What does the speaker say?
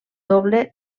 doble